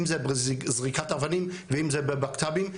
אם זה בזריקת אבנים ואם זה בבקת"בים,